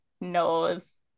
knows